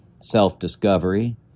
self-discovery